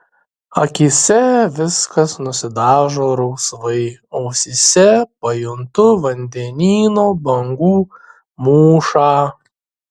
akyse viskas nusidažo rausvai ausyse pajuntu vandenyno bangų mūšą